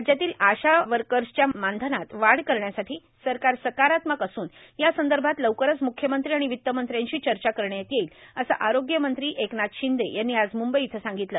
राज्यातील आशा वर्कर्सच्यामानधनात वाढ करण्यासाठी सरकार सकारात्मक असून या संदर्भात लवकरच म्ख्यमंत्री आणि वित्तमंत्र्यांशी चर्चा करण्यात येईल असं आरोग्यमंत्री एकनाथ शिंदे यांनी आज मंंबई इथं सांगितलं